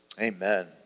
Amen